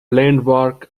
landmark